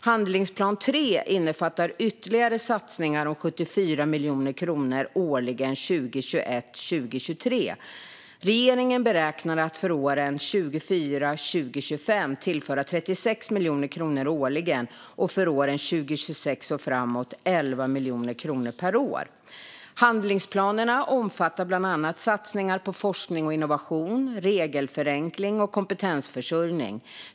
Handlingsplan 3 innefattar ytterligare satsningar om 74 miljoner kronor årligen 2021-2023. Regeringen beräknar att för åren 2024-2025 tillföra 36 miljoner kronor årligen och för åren 2026 och framåt 11 miljoner kronor per år. Handlingsplanerna omfattar bland annat satsningar på forskning och innovation, regelförenkling och kompetensförsörjning.